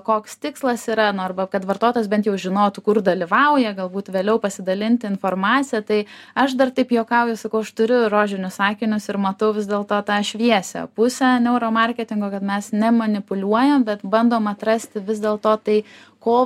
koks tikslas yra nu arba kad vartotas bent jau žinotų kur dalyvauja galbūt vėliau pasidalint informacija tai aš dar taip juokauju sakau aš turiu rožinius akinius ir matau vis dėl to tą šviesią pusę neuro marketingo kad mes nemanipuliuojam bet bandom atrasti vis dėl to tai ko